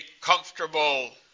comfortable